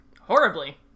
horribly